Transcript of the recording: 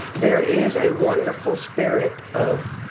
there is a wonderful spirit of